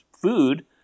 food